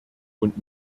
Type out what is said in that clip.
und